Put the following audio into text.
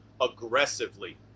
aggressively